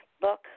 book